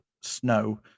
snow